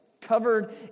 covered